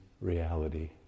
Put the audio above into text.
reality